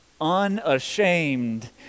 unashamed